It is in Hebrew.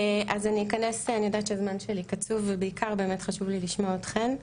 אני יודעת שהזמן שלי קצוב ובעיקר באמת חשוב לי לשמוע אתכן.